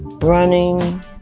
running